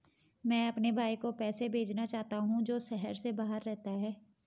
मैं अपने भाई को पैसे भेजना चाहता हूँ जो शहर से बाहर रहता है